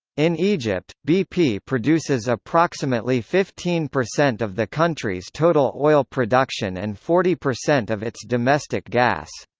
in egypt, bp produces approximately fifteen percent of the country's total oil production and forty percent of its domestic gas.